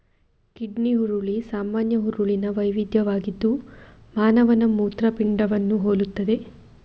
kidney ಹುರುಳಿ ಸಾಮಾನ್ಯ ಹುರುಳಿನ ವೈವಿಧ್ಯವಾಗಿದ್ದು ಮಾನವನ ಮೂತ್ರಪಿಂಡವನ್ನು ಹೋಲುತ್ತದೆ